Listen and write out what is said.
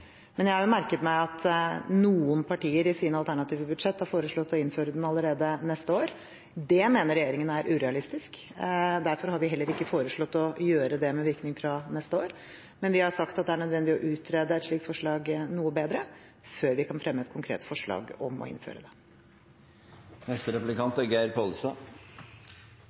Men jeg har jo merket meg at noen partier i sine alternative budsjett har foreslått å innføre den allerede neste år. Det mener regjeringen er urealistisk. Derfor har vi heller ikke foreslått å gjøre det med virkning fra neste år. Men vi har sagt at det er nødvendig å utrede et slikt forslag noe bedre før vi kan fremme et konkret forslag om å innføre det.